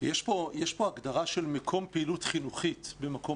יש פה הגדרה של מקום פעילות חינוכית במקום